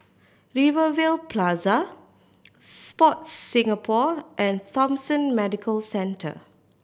Rivervale Plaza Sport Singapore and Thomson Medical Centre